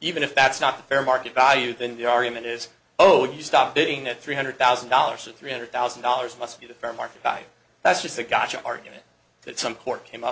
even if that's not fair market value then the argument is oh do you stop bidding at three hundred thousand dollars or three hundred thousand dollars must be the fair market buy that's just a gotcha argument that some court came up